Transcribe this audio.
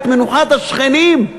את מנוחת השכנים,